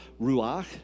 ruach